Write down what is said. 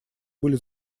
были